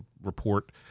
report